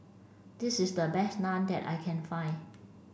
this is the best Naan that I can find